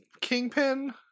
Kingpin